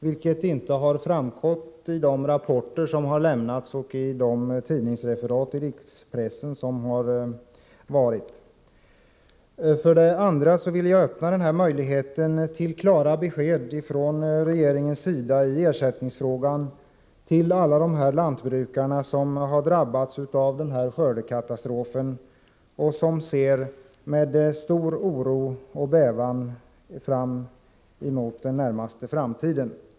Det har inte framgått av de rapporter som har lämnats och av de tidningsreferat i rikspressen som har förekommit. För det andra ville jag öppna denna möjlighet för regeringen att ge klara besked i ersättningsfrågan till alla de lantbrukare som har drabbats av skördekatastrofen och som med bävan ser på den närmaste framtiden.